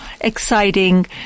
exciting